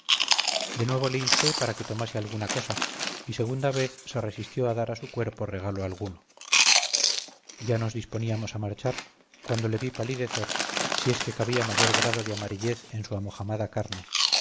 de nuevo le insté para que tomase alguna cosa y segunda vez se resistió a dar a su cuerpo regalo alguno ya nos disponíamos a marchar cuando le vi palidecer si es que cabía mayor grado de amarillez en su amojamada carne